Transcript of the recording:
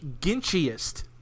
Ginchiest